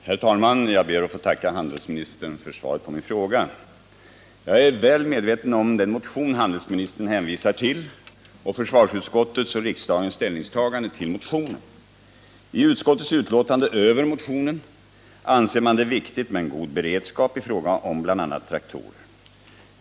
Herr talman! Jag ber att få tacka handelsministern för svaret på min fråga. Jag är väl medveten om den motion handelsministern hänvisar till och försvarsutskottets och riksdagens ställningstagande till den. I utskottets betänkande över motionen anser man det viktigt med en god beredskap i fråga om bl.a. traktorer.